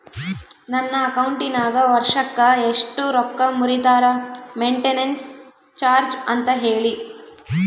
ನನ್ನ ಅಕೌಂಟಿನಾಗ ವರ್ಷಕ್ಕ ಎಷ್ಟು ರೊಕ್ಕ ಮುರಿತಾರ ಮೆಂಟೇನೆನ್ಸ್ ಚಾರ್ಜ್ ಅಂತ ಹೇಳಿ?